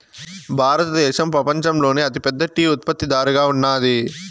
భారతదేశం పపంచంలోనే అతి పెద్ద టీ ఉత్పత్తి దారుగా ఉన్నాది